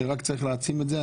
ורק צריך להעצים את זה.